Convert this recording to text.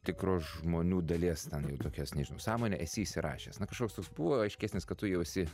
tikros žmonių dalies ten jau tokios nežinau sąmonę esi įsirašęs na kažkoks toks buvo aiškesnis kad tu jau esi